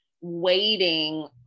waiting